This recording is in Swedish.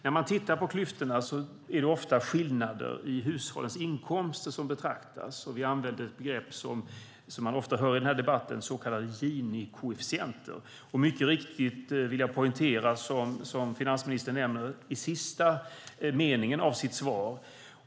När man tittar på klyftorna är det ofta skillnader i hushållens inkomster som betraktas, och vi använder ett begrepp som man ofta hör i denna debatt, så kallade Gini-koefficienter. Jag vill poängtera det som finansministern nämner i sista meningen i sitt svar.